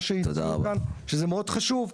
שזה מאוד חשוב,